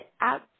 out